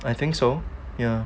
I think so ya